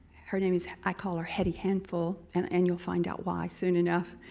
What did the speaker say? her name is i call her hetty handful, and and you'll find out why soon enough,